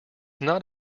not